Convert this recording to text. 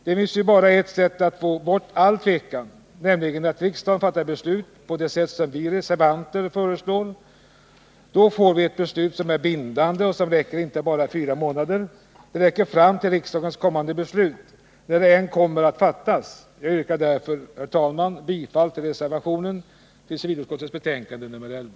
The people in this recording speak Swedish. Det finns bara ett sätt att få bort all tvekan, nämligen att riksdagen fattar beslut på det sätt som vi reservanter föreslår. Då får vi ett bindande beslut som inte gäller bara fyra månader utan fram till riksdagens kommande beslut i energifrågan, när detta än kommer att fattas. Jag yrkar därför, herr talman, bifall till reservationen till civilutskottets betänkande nr 11.